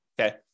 okay